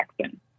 Jackson